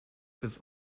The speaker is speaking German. bis